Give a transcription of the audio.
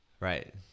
Right